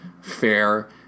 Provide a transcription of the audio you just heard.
fair